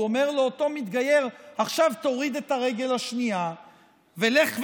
הוא אומר לאותו מתגייר: עכשיו תוריד את הרגל השנייה ולך ולמד,